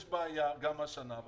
יש בעיה גם השנה.